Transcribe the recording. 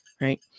right